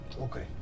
Okay